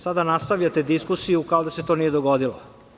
Sada nastavljate diskusiju kao da se to nije dogodilo.